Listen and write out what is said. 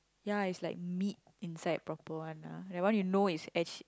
ya it's like meat inside proper one ah that one you know it's